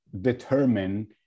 determine